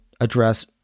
address